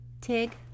Tig